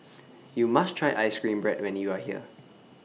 YOU must Try Ice Cream Bread when YOU Are here